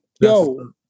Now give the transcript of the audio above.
Yo